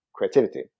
creativity